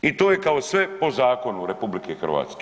I to je kao sve po zakonu RH.